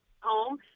home